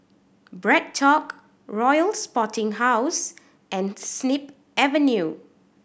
BreadTalk Royal Sporting House and Snip Avenue